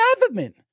government